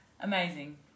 Amazing